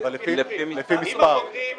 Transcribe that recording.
ההעברה הזאת,